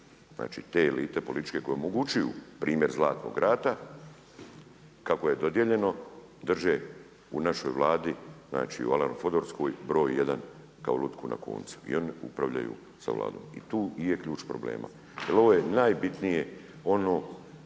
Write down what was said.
Znači te elite političke koje omogućuju primjer Zlatnog rata, kako je dodijeljeno drže u našoj Vladi, u Alan Fordovskoj broj 1, kao lutku na koncu i oni upravljaju sa Vladom. I tu je ključ problema, jer ovo je najbitnije ono